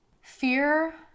Fear